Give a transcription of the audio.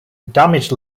damaged